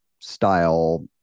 style